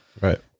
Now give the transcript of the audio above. Right